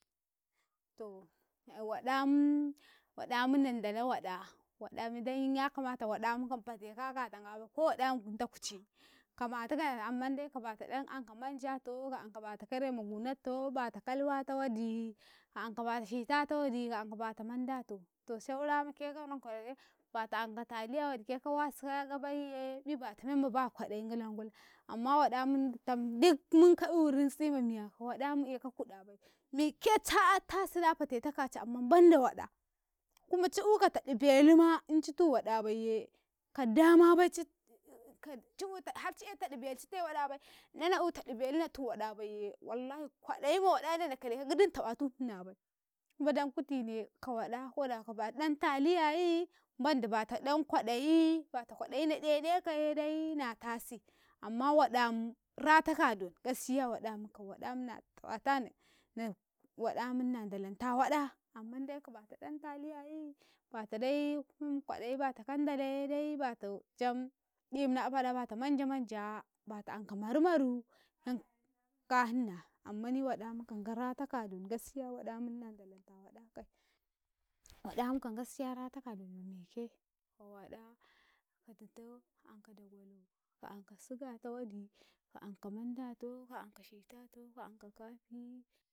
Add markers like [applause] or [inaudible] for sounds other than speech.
To [hesitation] waɗa am waɗamm nandala waɗa, waɗa amm dai kamatukau waɗam kam fateka a katangabai ko waɗa ma gunat kuci, kamatukan amman dai ka bata ɗ an anka manjatow kaanka bata kare ma guntto bata kalwata waddii, ka anka bata shitata wodi ke anka taliya ka wasikaya gabaiye ƃii bata memma ma ba kwaɗ ayi gilangulam, amma waɗ am ditam dug mum ka eurintsi mamiya waɗ am eka kuɗ abai, mikke!! ca 'yasi na fateta ka kuci amman banda waɗ a, kuma ci euka taɗ u beluma inci tuwaɗ abaiye ka dama baicit [hesitation] har ci e taɗ u belu citai waɗ abai inana eutaɗ ubelu natu waɗ a bayye wallahi kwaɗ ayi ma waɗ ane na eka gidi na takatu hinabai dan kutine ka waɗ a koda ka b ata ɗ an taliyayi mandi bata dan kwaɗ ii bata kwaɗ ayina ɗ enekaye dan na nasi amm a waɗ am rataka a don gaskiya na ndalan ta wada jire waɗ am ka waɗ am na tabat [hesitation] waɗ am nandalanta waɗ a, amman dai ka bata kandalaye dai bato jam dim na ɗ afa da bata marmade made yanni waɗ ankamga ratayan don jire nan ndalata waɗ a kai, waɗ an kam jire rat aka a bemma wake ka waɗ a ka dito ka dagwalo ka siga to wadi kaanka mandatoo ka anka shitato ka anka ka fi.